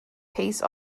peace